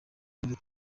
muri